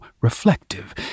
reflective